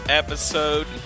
episode